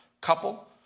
couple